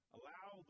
Allow